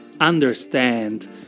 understand